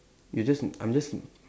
you just I'm just